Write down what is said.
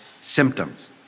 symptoms